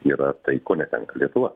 yra tai ko netenka lietuva